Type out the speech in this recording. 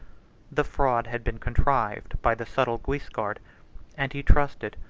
the fraud had been contrived by the subtle guiscard and he trusted,